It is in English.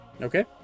Okay